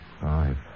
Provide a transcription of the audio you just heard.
Five